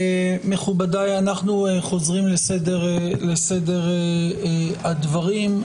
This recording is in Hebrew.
אנו חוזרים לסדר הדברים.